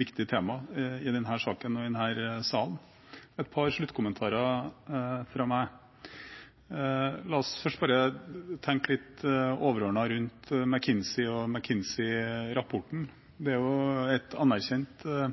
viktig tema i denne saken og i denne salen. Jeg har et par sluttkommentarer. La oss først bare tenke litt overordnet rundt McKinsey og McKinsey-rapporten. Det er et anerkjent økonomisk rådgivningsfirma, men det er